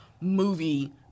movie